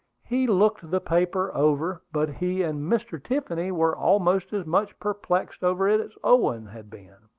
he looked the paper over, but he and mr. tiffany were almost as much perplexed over it as owen had been.